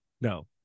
no